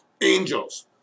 angels